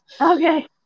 Okay